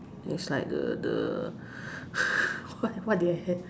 there is like the the what what did I have